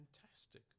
fantastic